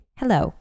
hello